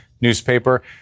newspaper